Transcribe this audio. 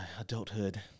adulthood